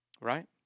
Right